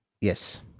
Yes